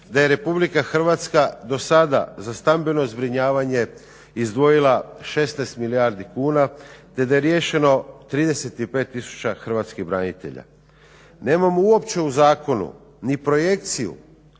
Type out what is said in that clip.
da je RH do sada za stambeno zbrinjavanje izdvojila 16 milijardi kuna, te da je riješeno 35000 hrvatskih branitelja. Nemamo uopće u zakonu ni projekciju